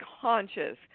conscious